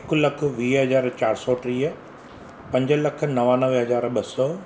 हिकु लखु वीह हज़ार चारि सौ टीह पंज लखु नवानवे हज़ार ॿ सौ